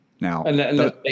Now